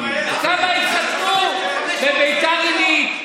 טבעון, כמה התחתנו בביתר עילית.